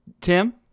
Tim